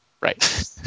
right